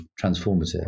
transformative